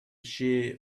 shear